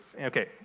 Okay